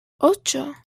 ocho